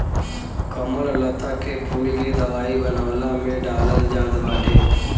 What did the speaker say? कमललता के फूल के दवाई बनवला में डालल जात बाटे